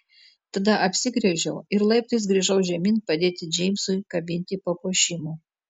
tada apsigręžiau ir laiptais grįžau žemyn padėti džeimsui kabinti papuošimų